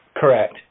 Correct